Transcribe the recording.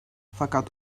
fakat